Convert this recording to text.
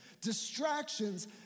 distractions